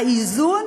האיזון